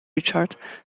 richard